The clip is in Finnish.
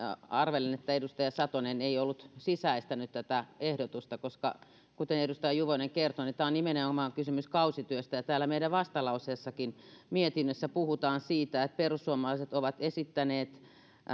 arvelen että edustaja satonen ei ollut sisäistänyt tätä ehdotusta koska kuten edustaja juvonen kertoi on kysymys nimenomaan kausityöstä ja täällä meidän vastalauseessakin mietinnössä puhutaan siitä että perussuomalaiset ovat esittäneet